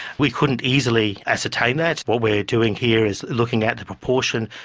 we couldn't easily ascertain that. what we are doing here is looking at the proportion,